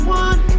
one